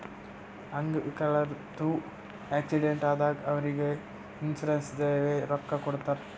ಅಂಗ್ ವಿಕಲ್ರದು ಆಕ್ಸಿಡೆಂಟ್ ಆದಾಗ್ ಅವ್ರಿಗ್ ಇನ್ಸೂರೆನ್ಸದವ್ರೆ ರೊಕ್ಕಾ ಕೊಡ್ತಾರ್